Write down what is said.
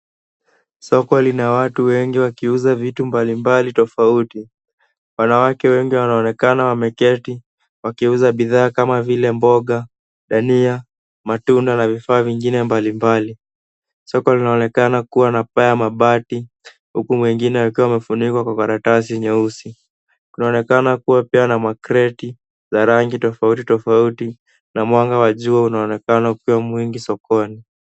Soko lina watu wengi wakiuza vitu mbalimbali tofauti, wanawake wengi wanaonekana wameketi, wakiuza bidhaa kama vile mboga, dania , matunda na vifaa vingine mbalimbali. Soko linaonekana kuwa na paa ya mabati, huku mengine yakiwa yamefunikwa kwa karatasi nyeusi. Kunaonekana kuwa pia na makreti za rangi tofauti tofauti na mwanga wa jua unaonekana ukuwa mwingi sokoni.